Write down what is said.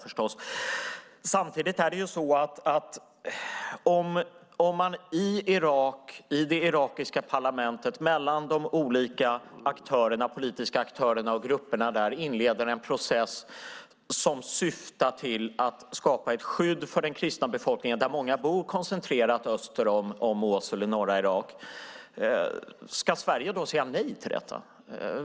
Om man i det irakiska parlamentet mellan de olika politiska aktörerna och grupperna inleder en process som syftar till att skapa ett skydd för den kristna befolkningen, varav många bor koncentrerat öster om Mosul i norra Irak, ska Sverige då säga nej till detta?